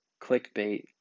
clickbait